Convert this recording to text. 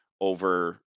over